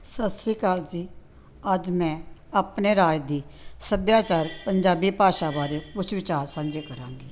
ਸਤਿ ਸ਼੍ਰੀ ਅਕਾਲ ਜੀ ਅੱਜ ਮੈਂ ਆਪਣੇ ਰਾਜ ਦੀ ਸੱਭਿਆਚਾਰ ਪੰਜਾਬੀ ਭਾਸ਼ਾ ਬਾਰੇ ਕੁਝ ਵਿਚਾਰ ਸਾਂਝੇ ਕਰਾਂਗੀ